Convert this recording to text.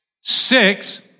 six